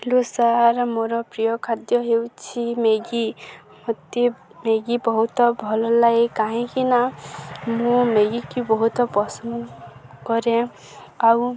hello sir ମୋର ପ୍ରିୟ ଖାଦ୍ୟ ହେଉଛି ମ୍ୟାଗି ମୋତେ ମ୍ୟାଗି ବହୁତ ଭଲ ଲାଗେ କାହିଁକିନା ମୁଁ ମ୍ୟାଗିିକି ବହୁତ ପସନ୍ଦ କରେ ଆଉ